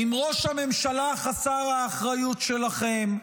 עם ראש הממשלה חסר האחריות שלכם,